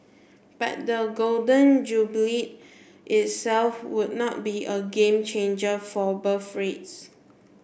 but the Golden Jubilee itself would not be a game changer for birth rates